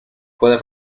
puede